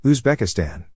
Uzbekistan